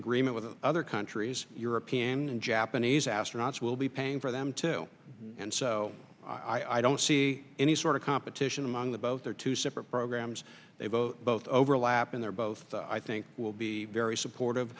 agreement with other countries european and japanese astronauts will be paying for them too and so i don't see any sort of competition among the both are two separate programs they both both overlap and they're both i think will be very supportive